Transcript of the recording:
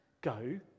go